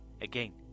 Again